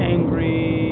Angry